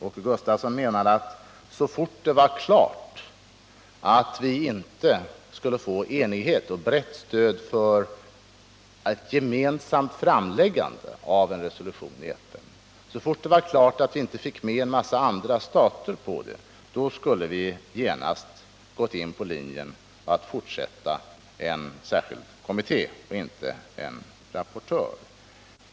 Åke Gustavsson menade att så fort det stod klart att vi inte skulle få brett stöd från en massa andra stater för ett gemensamt framläggande av en resolution i FN, skulle vi ha slagit in på linjen att fortsätta med en särskild kommitté och inte med en rapportör.